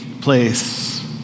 place